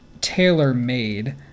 tailor-made